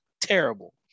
terrible